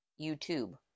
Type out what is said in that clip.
youtube